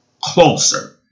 closer